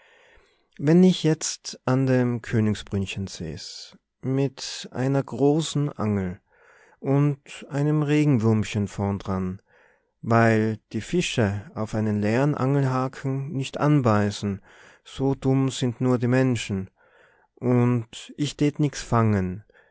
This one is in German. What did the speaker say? wenn ich jetzt an dem königsbrünnchen säß mit einer großen angel und einem regenwürmchen vorn dran weil die fische auf einen leeren angelhaken nicht anbeißen so dumm sind nur die menschen und ich tät nix fangen